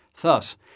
Thus